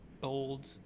bold